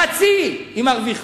חצי היא מרוויחה.